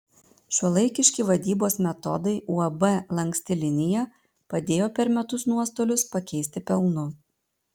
šiuolaikiški vadybos metodai uab lanksti linija padėjo per metus nuostolius pakeisti pelnu